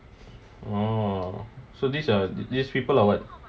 !wow! so these are these people are what